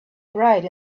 bright